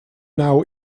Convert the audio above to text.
now